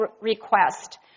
request